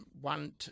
one